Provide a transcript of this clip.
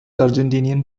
argentinian